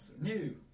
new